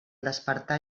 despertar